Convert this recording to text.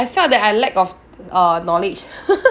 I felt that I lack of uh knowledge